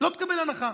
לא תקבל הנחה,